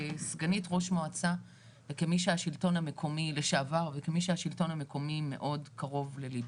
כסגנית ראש מועצה לשעבר וכמי שהשלטון המקומי מאוד קרוב לליבה.